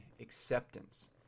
acceptance